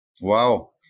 Wow